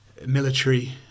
Military